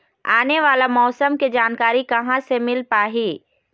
आने वाला मौसम के जानकारी कहां से मिल पाही?